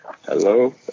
Hello